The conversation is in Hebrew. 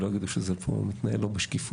שלא יגידו שזה פה מתנהל לא בשקיפות.